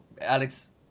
Alex